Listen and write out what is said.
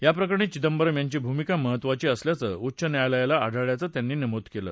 या प्रकरणी चिंदबरम यांची भूमिका महत्त्वाची असल्याचं उच्च न्यायालयाला आढळल्याचं त्यांनी नमूद केलं